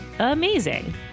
amazing